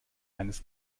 eines